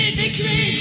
victory